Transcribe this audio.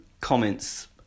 comments